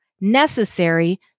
necessary